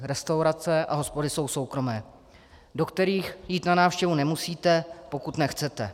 Restaurace a hospody jsou soukromé, do kterých jít na návštěvu nemusíte, pokud nechcete.